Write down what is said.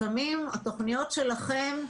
לפעמים התכניות שלכם,